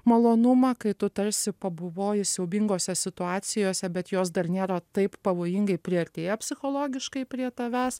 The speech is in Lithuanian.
malonumą kai tu tarsi pabuvoji siaubingose situacijose bet jos dar nėra taip pavojingai priartėję psichologiškai prie tavęs